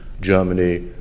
Germany